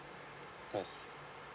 yes